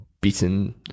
beaten